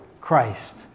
Christ